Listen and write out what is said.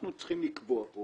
אנחנו צריכים לקבוע פה